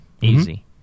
easy